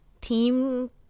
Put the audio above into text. team